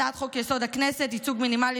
הצעת חוק-יסוד: הכנסת (ייצוג מינימלי